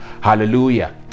Hallelujah